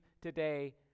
today